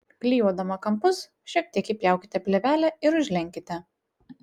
klijuodama kampus šiek tiek įpjaukite plėvelę ir užlenkite